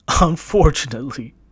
unfortunately